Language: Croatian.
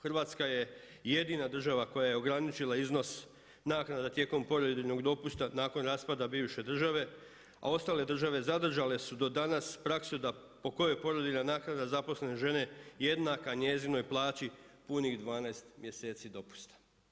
Hrvatska je jedina država koja je ograničila iznos naknade tijekom porodiljinog dopusta nakon raspada bivše države, a ostale države zadržale su do danas, praksu da po kojoj porodiljina naknada zaposlene žene jednaka njezinoj plaći punih 12 mjeseci dopusta.